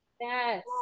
Yes